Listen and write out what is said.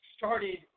started